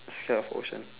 scared of ocean